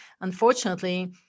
unfortunately